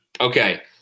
Okay